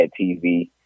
TV